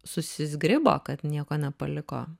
susizgribo kad nieko nepaliko